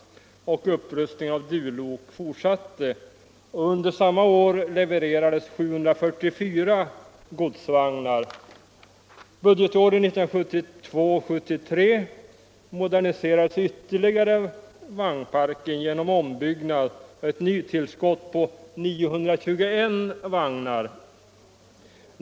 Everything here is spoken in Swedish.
Upprustningen av Du-lok fortsatte. Under samma år levererades 744 godsvagnar. Budgetåret 1972/73 moderniserades ytterligare vagnparken genom ombyggnad och ett nytillskott på 921 vagnar.